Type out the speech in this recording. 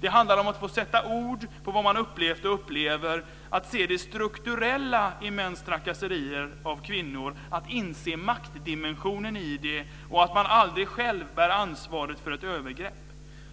Det handlar om att få sätta ord på vad man upplevt och upplever, att se det strukturella i mäns trakasserier av kvinnor, att inse maktdimensionen i det och att man aldrig själv bär ansvaret för ett övergrepp.